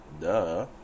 Duh